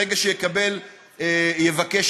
ברגע שיבקש,